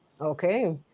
Okay